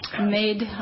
made